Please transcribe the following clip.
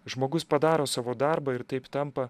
žmogus padaro savo darbą ir taip tampa